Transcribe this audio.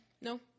No